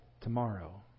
tomorrow